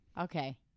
Okay